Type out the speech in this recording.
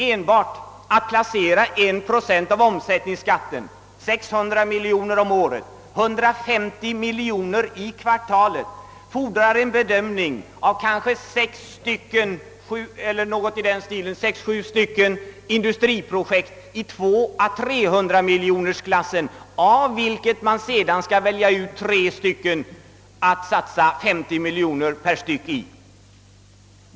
Enbart uppgiften att placera inkomsterna av en omsättningsskatt på 1 procent -— d. v. s. 150 miljoner kronor i kvartalet — fordrar en bedömning av sex, sju industriprojekt i 200 å 300-miljonersklassen, av vilka man sedan skall välja ut tre stycken att satsa 50 miljoner per styck i.